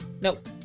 Nope